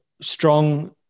strong